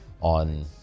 on